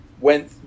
went